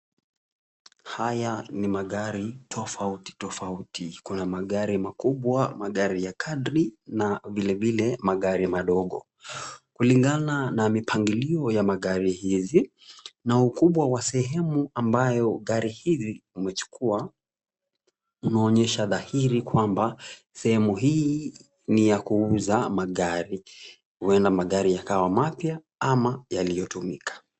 Haya ni magari tofauti tofauti, kuna magari makubwa, magari ya kadri, na vilevile magari madogo. Kulingana na mipangilio ya magari hizi na ukubwa wa sehemu ambayo gari hizi umechukua, unaonyesha dhahiri kwamba sehemu hii ni ya kuuza magari. Huenda magari yakawa mapya ama yaliyotumika.